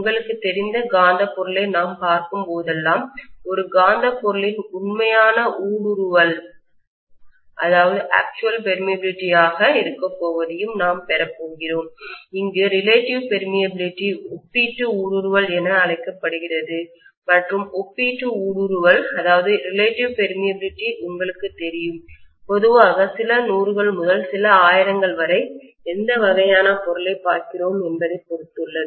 உங்களுக்குத் தெரிந்த காந்தப் பொருளை நாம் பார்க்கும் போதெல்லாம் ஒரு காந்தப் பொருளின் உண்மையான ஊடுருவல்ஆக்சுவள் பெர்மியபிலில்டி ஆகப் இருக்கப்போவதை நாம் பெறப்போகிறோம் அங்கு ரிலேட்டிவ் பெர்மியபிலில்டி ஒப்பீட்டு ஊடுருவல் என அழைக்கப்படுகிறது மற்றும் ஒப்பீட்டு ஊடுருவல் ரிலேட்டிவ் பெர்மியபிலில்டி உங்களுக்குத் தெரியும் பொதுவாகசில நூறுகள் முதல் சில ஆயிரங்கள் வரை நான் எந்த வகையான பொருளைப் பார்க்கிறேன் என்பதைப் பொறுத்துள்ளது